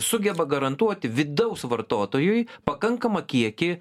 sugeba garantuoti vidaus vartotojui pakankamą kiekį